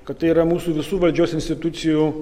kad tai yra mūsų visų valdžios institucijų